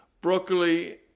broccoli